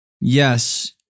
Yes